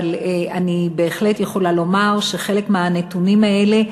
אבל אני בהחלט יכולה לומר שחלק מהנתונים האלה,